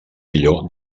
millor